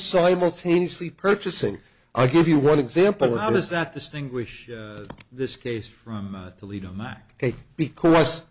simultaneously purchasing i give you one example how does that distinguish this case from toledo mine because